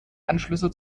anschlüsse